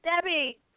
Debbie